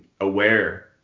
aware